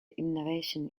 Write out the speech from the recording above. innovation